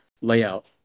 layout